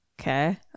okay